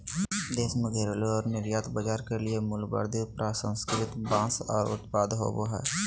देश में घरेलू और निर्यात बाजार के लिए मूल्यवर्धित प्रसंस्कृत बांस उत्पाद होबो हइ